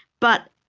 but